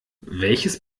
welches